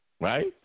Right